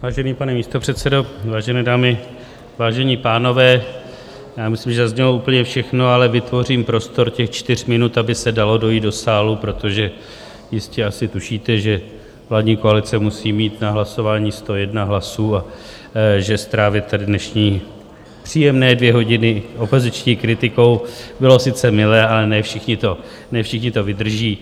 Vážený pane místopředsedo, vážené dámy, vážení pánové, já myslím, že zaznělo úplně všechno, ale vytvořím prostor těch čtyř minut, aby se dalo dojít do sálu, protože jistě asi tušíte, že vládní koalice musí mít na hlasování 101 hlasů a že strávit tady dnešní příjemné dvě hodiny opoziční kritikou bylo sice milé, ale ne všichni to vydrží.